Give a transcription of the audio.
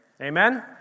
Amen